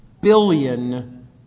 billion